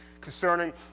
concerning